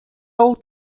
old